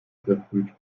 verfrüht